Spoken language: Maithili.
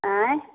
अँए